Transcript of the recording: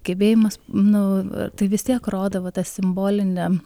gebėjimas nu tai vistiek rodo vat ta simbolinė